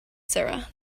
sarah